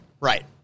right